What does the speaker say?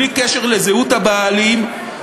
בלי קשר לזהות הבעלים,